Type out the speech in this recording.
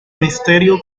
misterio